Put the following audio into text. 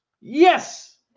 Yes